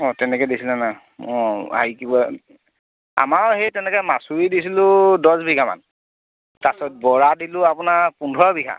অঁ তেনেকৈ দিছিলে ন অঁ হেৰি কি কয় আমাৰো সেই তেনেকৈ মাচুৰি দিছিলোঁ দহ বিঘামান তাৰপাছত বৰা দিলোঁ আপোনাৰ পোন্ধৰ বিঘা